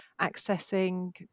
accessing